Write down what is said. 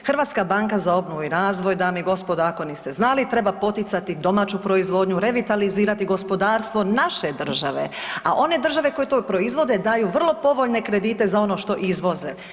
Hrvatska banka za obnovu i razvoj dame i gospodo ako niste znali treba poticati domaću proizvodnju, revitalizirati gospodarstvo naše države, a one države koje to proizvode daju vrlo povoljne kredite za ono što izvoze.